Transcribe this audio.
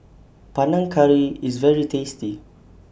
Panang Curry IS very tasty